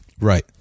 Right